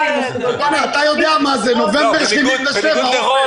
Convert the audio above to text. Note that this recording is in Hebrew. אתה יודע מה זה, נובמבר 77, עפר.